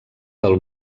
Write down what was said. del